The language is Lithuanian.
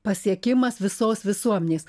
pasiekimas visos visuomenės